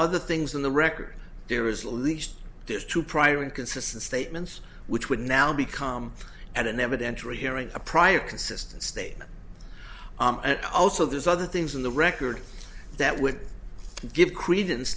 other things in the record there is least this two prior inconsistent statements which would now become at an evidentiary hearing a prior consistent statement and also there's other things in the record that would give credence